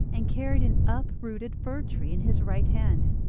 and carried an uprooted fir-tree in his right hand.